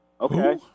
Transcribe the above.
Okay